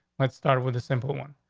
let's start with a simple one.